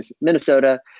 Minnesota